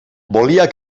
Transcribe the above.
volia